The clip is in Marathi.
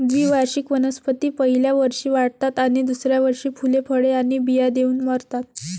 द्विवार्षिक वनस्पती पहिल्या वर्षी वाढतात आणि दुसऱ्या वर्षी फुले, फळे आणि बिया देऊन मरतात